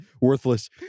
Worthless